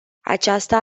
aceasta